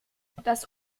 das